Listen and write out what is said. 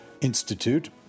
institute